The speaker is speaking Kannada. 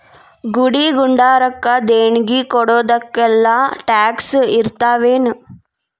ಗುಡಿ ಗುಂಡಾರಕ್ಕ ದೇಣ್ಗಿ ಕೊಡೊದಕ್ಕೆಲ್ಲಾ ಟ್ಯಾಕ್ಸ್ ಇರ್ತಾವೆನು?